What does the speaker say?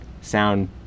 sound